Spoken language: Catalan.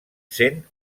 sent